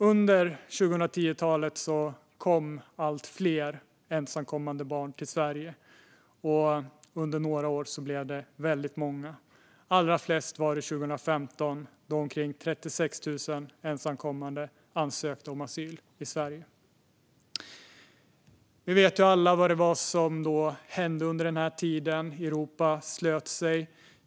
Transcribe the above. Under 2010-talet kom allt fler ensamkommande barn till Sverige, och under några år blev det väldigt många. Allra flest var det 2015, då omkring 36 000 ensamkommande barn ansökte om asyl i Sverige. Vi vet alla vad som hände under den tiden. Europa slöt sig.